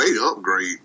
upgrade